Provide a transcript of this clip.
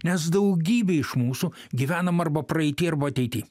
nes daugybė iš mūsų gyvenam arba praeity arba ateity